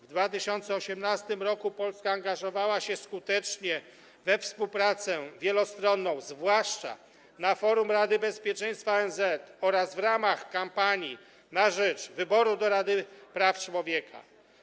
W 2018 r. Polska angażowała się skutecznie we współpracę wielostronną, zwłaszcza na forum Rady Bezpieczeństwa ONZ oraz w ramach kampanii na rzecz wyboru do Rady Praw Człowieka.